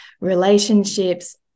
relationships